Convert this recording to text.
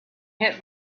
hit